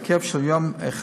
בהיקף של יום,